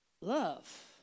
Love